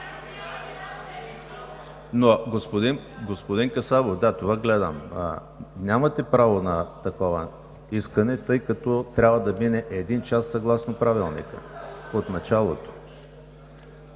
Правилника.“) Да, това гледам! Нямате право на такова искане, тъй като трябва да мине един час съгласно Правилника от началото.